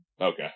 Okay